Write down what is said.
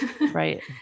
Right